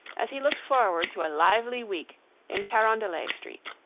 as he looked forward to a lively week in carondelet street.